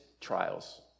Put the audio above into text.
trials